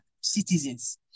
citizens